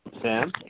Sam